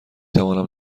توانم